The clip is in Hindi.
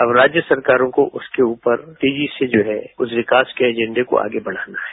अब राज्य सरकारों को उसके ऊपर तेजी से उस विकास के एजेंडों को आगे बढ़ाना है